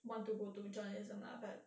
want to go to journalism lah but